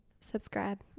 subscribe